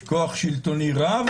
יש כוח שלטוני רב.